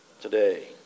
today